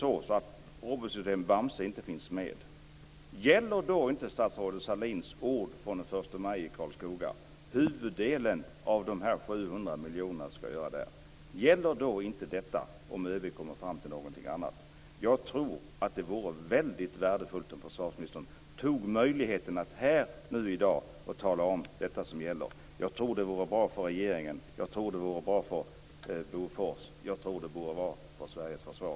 Om robotsystemet Bamse inte kommer att finnas med, gäller inte statsrådet Sahlins ord från den 1 maj i Karlskoga om huvuddelen av de 700 miljoner kronorna? Det vore värdefullt om försvarsministern tog tillfället i akt i dag att svara. Det vore bra för regeringen, för Bofors och för Sveriges försvar.